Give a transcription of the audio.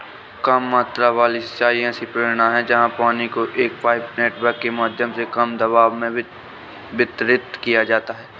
कम मात्रा वाली सिंचाई ऐसी प्रणाली है जहाँ पानी को एक पाइप नेटवर्क के माध्यम से कम दबाव में वितरित किया जाता है